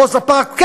כן,